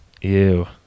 Ew